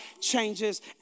changes